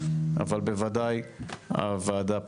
אבל בוודאי הוועדה פה,